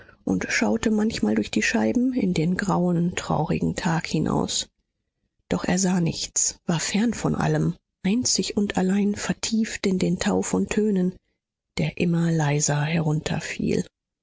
und schaute manchmal durch die scheiben in den grauen traurigen tag hinaus doch er sah nichts war fern von allem einzig und allein vertieft in den tau von tönen der immer leiser